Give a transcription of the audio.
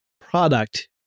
product